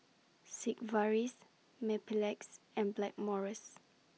Sigvaris Mepilex and Blackmores